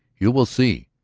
you will see.